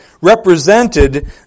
represented